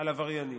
על עבריינים.